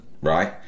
right